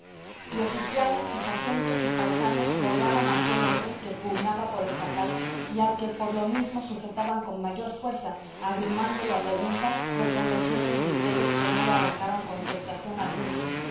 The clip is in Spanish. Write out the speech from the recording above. y oficiales y sargentos y paisanos rodeaban a aquel hombre que pugnaba por escapar y al que por lo mismo sujetaban con mayor fuerza abrumándolo a preguntas reconvenciones y dicterios que no le arrancaron contestación alguna